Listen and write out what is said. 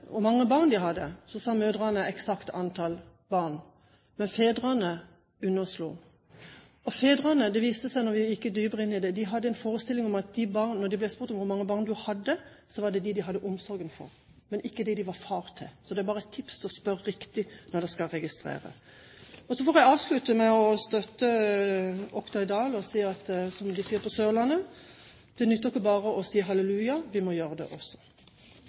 hadde, sa mødrene eksakt antall barn, men fedrene underslo. Når vi gikk dypere inn i det, viste det seg at fedrene hadde en forestilling om at når de ble spurt om hvor mange barn de hadde, var det dem de hadde omsorgen for, men ikke dem de var far til. Det er bare et tips om å spørre riktig når man skal registrere. Så får jeg avslutte med å støtte Oktay Dahl og si som man sier på Sørlandet: Det nytter ikke bare å si halleluja – vi må gjøre det også.